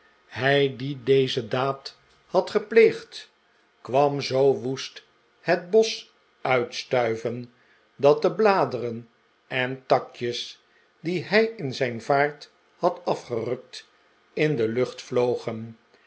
hij die deze daad had gepleegd kwam zoo woest het bosch uitstuiven dat de bladeren en takjes die hij in zijn vaart had afgerukt in de lucht vlogen